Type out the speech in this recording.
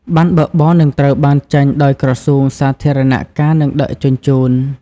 ប័ណ្ណបើកបរនឹងត្រូវបានចេញដោយក្រសួងសាធារណការ និងដឹកជញ្ជូន។